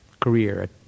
career